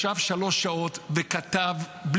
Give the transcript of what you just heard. ישב שלוש שעות וכתב וכתב.